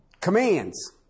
Commands